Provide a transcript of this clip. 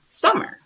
summer